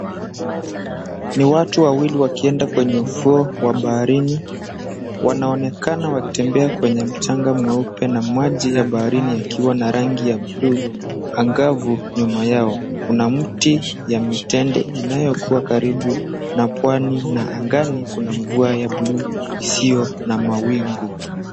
Ni watu wawili wakienda kwenye ufuo wa baharini. Wanaonekana wakitembea kwenye mchanga mweupe, na maji ya baharini yakiwa na rangi ya bluu angavu nyuma yao. Kuna mti ya mitende inayokuwa karibu na pwani, na angani kuna mvua ya bluu isiyo na mawingu.